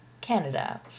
Canada